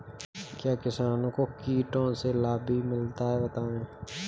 क्या किसानों को कीटों से लाभ भी मिलता है बताएँ?